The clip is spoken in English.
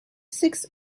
six